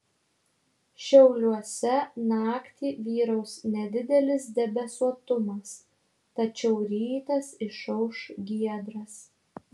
šiauliuose naktį vyraus nedidelis debesuotumas tačiau rytas išauš giedras